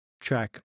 track